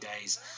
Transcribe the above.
days